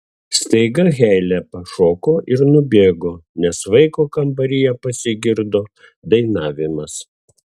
staiga heile pašoko ir nubėgo nes vaiko kambaryje pasigirdo dainavimas